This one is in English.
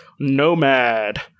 Nomad